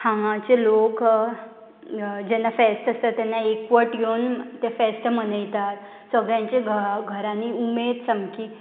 हांगाचे लोक जेन्ना फेस्त आसता तेन्ना एकवट येवन तें फेस्त मनयतात सगळ्यांचे घरांनी उमेद सामकी